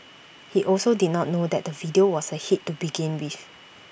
he also did not know that the video was A hit to begin with